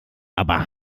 aber